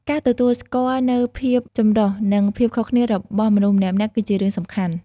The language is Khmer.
ការទទួលស្គាល់នូវភាពចម្រុះនិងភាពខុសគ្នារបស់មនុស្សម្នាក់ៗគឺជារឿងសំខាន់។